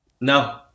No